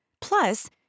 Plus